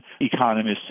economists